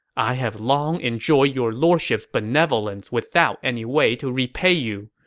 i have long enjoyed your lordship's benevolence without any way to repay you.